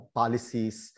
policies